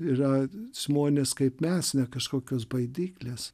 yra žmonės kaip mes ne kažkokios baidyklės